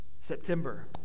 September